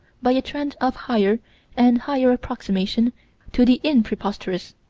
by a trend of higher and higher approximation to the impreposterous.